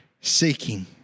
seeking